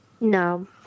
no